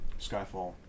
Skyfall